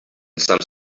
some